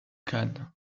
khan